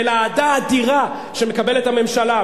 ואת האהדה האדירה שמקבלת הממשלה,